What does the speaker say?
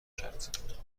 کرد